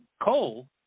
coal